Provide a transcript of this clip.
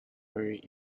very